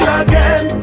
again